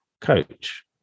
coach